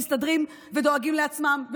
מסתדרים ודואגים לעצמם.